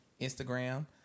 Instagram